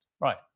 Right